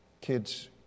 kids